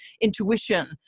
intuition